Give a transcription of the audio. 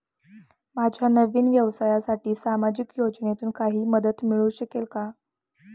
माझ्या नवीन व्यवसायासाठी सामाजिक योजनेतून काही मदत मिळू शकेल का?